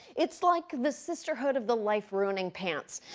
it's like the sisterhood of the life-ruining pants.